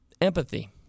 Empathy